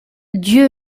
dieu